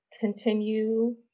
continue